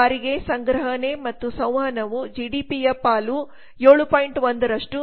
ಸಾರಿಗೆ ಸಂಗ್ರಹಣೆ ಮತ್ತು ಸಂವಹನವು ಜಿಡಿಪಿಯ ಪಾಲು 7